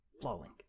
flowing